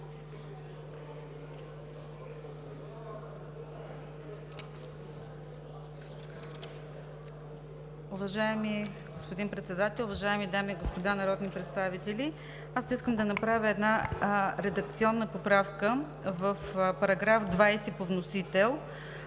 Уважаеми господин Председател, уважаеми дами и господа народни представители! Аз искам да направя една редакционна поправка в § 21 по вносител,